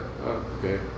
okay